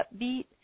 upbeat